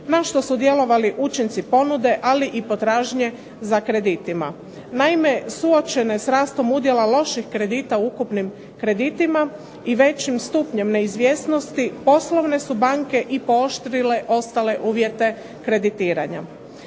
na što su djelovali učinci ponude ali i potražnje za kreditima. Naime, suočene s rastom udjela loših kredita u ukupnim kreditima i većim stupnjem neizvjesnosti poslovne su banke i pooštrile ostale uvjete kreditiranja.